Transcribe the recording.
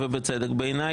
ובצדק בעיניי,